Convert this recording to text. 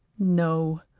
no,